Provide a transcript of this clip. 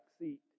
seat